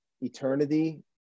eternity